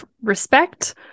respect